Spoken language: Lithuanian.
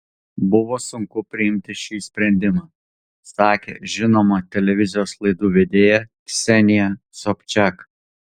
buvo sunku priimti šį sprendimą sakė žinoma televizijos laidų vedėja ksenija sobčiak